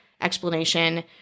explanation